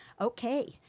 okay